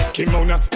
Kimona